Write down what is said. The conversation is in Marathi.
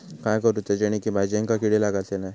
काय करूचा जेणेकी भाजायेंका किडे लागाचे नाय?